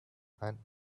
hands